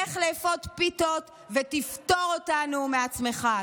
לך לאפות פיתות ותפטור אותנו מעצמך.